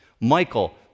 Michael